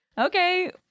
Okay